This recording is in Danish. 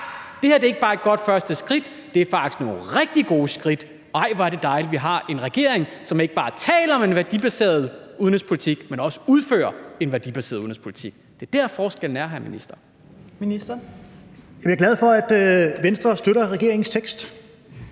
det her er ikke bare et godt første skridt, men det er faktisk nogle rigtig gode skridt, og hvor er det dejligt, at vi har en regering, som ikke bare taler om en værdibaseret udenrigspolitik, men som også udfører en værdibaseret udenrigspolitik. Det er der, forskellen er, hr. minister. Kl. 14:40 Fjerde næstformand (Trine Torp):